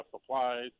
supplies